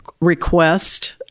request